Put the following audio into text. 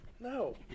No